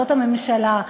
זאת הממשלה.